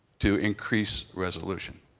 to increase resolution?